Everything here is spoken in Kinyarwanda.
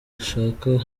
ishaka